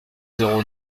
zéro